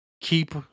Keep